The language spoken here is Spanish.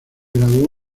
graduó